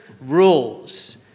rules